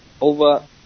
over